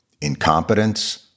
incompetence